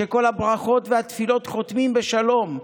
שכל הברכות והתפילות חותמין בשלום.